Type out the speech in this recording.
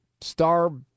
star